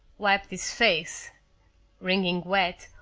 wiped his face wringing wet,